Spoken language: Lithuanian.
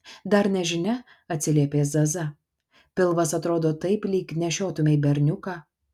dar nežinia atsiliepė zaza pilvas atrodo taip lyg nešiotumei berniuką